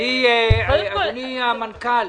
אדוני המנכ"ל,